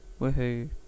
Woohoo